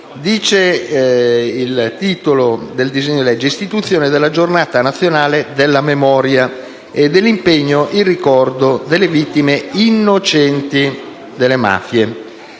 Il titolo del disegno di legge recita: «Istituzione della Giornata nazionale della memoria e dell'impegno in ricordo delle vittime innocenti delle mafie».